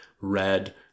red